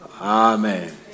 Amen